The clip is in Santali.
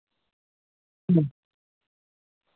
ᱦᱮᱸ